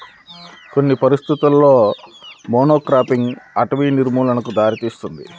కొన్ని పరిస్థితులలో మోనోక్రాపింగ్ అటవీ నిర్మూలనకు దారితీస్తుంది